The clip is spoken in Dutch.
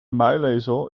muilezel